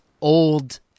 old